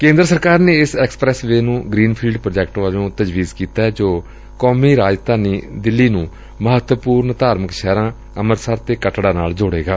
ਭਾਰਤ ਸਰਕਾਰ ਨੇ ਇਸ ਐਕਸਪ੍ੈਸਵੇਅ ਨੂੰ ਗਰੀਨਫੀਲਡ ਪ੍ਾਜੈਕਟ ਵਜੋਂ ਤਜਵੀਜ਼ ਕੀਤੈ ਜੋ ਕੌਮੀ ਰਾਜਧਾਨੀ ਨੁੰ ਮਹੱਤਵਪੁਰਨ ਧਾਰਮਿਕ ਸ਼ਹਿਰਾਂ ਅੰਮ੍ਤਿਸਰ ਅਤੇ ਕੱਟੜਾ ਨਾਲ ਜੋੜੇਗਾ